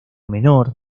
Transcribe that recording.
menor